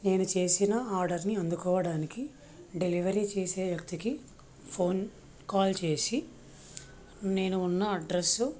నేను చేసిన ఆర్డర్ని అందుకోవడానికి డెలివరీ చేసే వ్యక్తికి ఫోన్ కాల్ చేసి నేను ఉన్న అడ్రస్సు